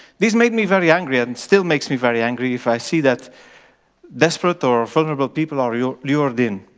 this made me very angry and still makes me very angry if i see that desperate or vulnerable people are ah are lured in.